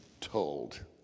Told